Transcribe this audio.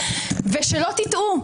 ושלא תטעו,